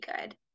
good